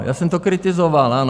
Já jsem to kritizoval, ano.